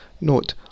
note